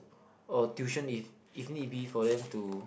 or tuition if if need be for them to